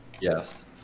Yes